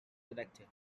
erected